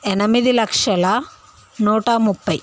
ఎనిమిది లక్షల నూటా ముప్పై